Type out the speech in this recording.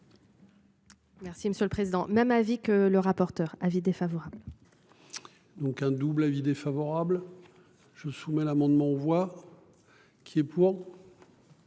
Merci monsieur le président. Même avis que le rapporteur avis défavorable. Donc un double avis défavorable je soumets l'amendement voix. Qui est pour.